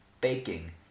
baking